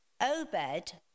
Obed